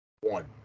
One